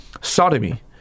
sodomy